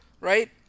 Right